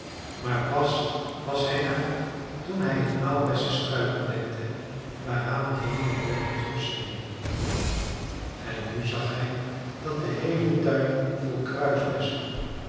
maar pas was hij daar toen hij een aalbessestruik ontdekte waaraan nog lange roode trossen hingen en nu zag hij dat de heele tuin vol